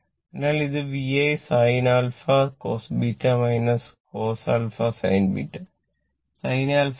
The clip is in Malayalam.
അതിനാൽ ഇത് VI sin α cos β cos α sin β